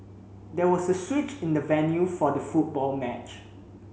there was a switch in the venue for the football match